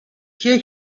کیه